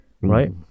right